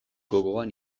gogoan